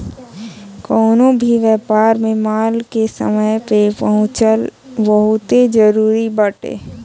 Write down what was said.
कवनो भी व्यापार में माल के समय पे पहुंचल बहुते जरुरी बाटे